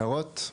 הערות?